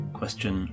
Question